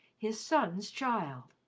his son's child?